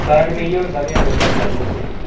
कारण इ'यै होंदा की बंदा नर्वस होई जंदा